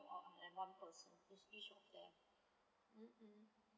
okay one person means each of them mmhmm